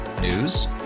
News